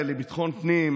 תבדוק את מי שמאחוריך.